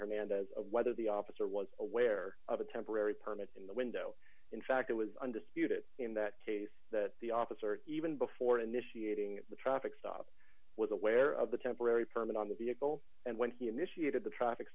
hernandez of whether the officer was aware of a temporary permit in the window in fact it was undisputed in that case that the officer even before initiating the traffic stop was aware of the temporary permit on the vehicle and when he initiated the traffic